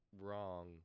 wrong